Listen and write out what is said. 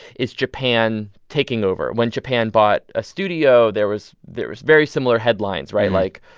is japan taking over? when japan bought a studio, there was there was very similar headlines right? like,